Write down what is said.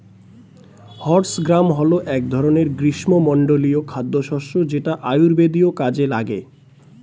horse gram হল এক ধরনের গ্রীষ্মমণ্ডলীয় খাদ্যশস্য যেটা আয়ুর্বেদীয় কাজে লাগে